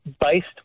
based